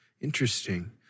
Interesting